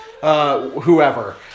whoever